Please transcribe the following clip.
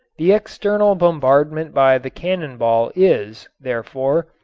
the external bombardment by the cannon ball is, therefore,